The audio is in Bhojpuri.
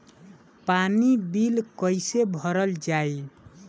पानी बिल कइसे भरल जाई?